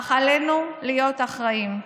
אך עלינו להיות אחראיים.